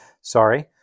Sorry